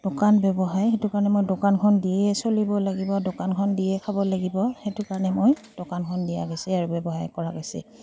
দোকান ব্যৱসায় সেইটো কাৰণে মই দোকানখন দিয়ে চলিব লাগিব দোকানখন দিয়ে খাব লাগিব সেইটো কাৰণে মই দোকানখন দিয়া গৈছে আৰু ব্যৱহায় কৰা গৈছে